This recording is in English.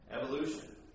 Evolution